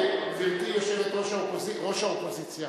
גברתי ראש האופוזיציה,